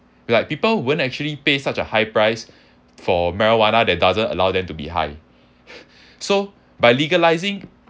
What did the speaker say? like people won't actually pay such a high price for marijuana that doesn't allow them to be high so by legalising